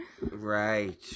Right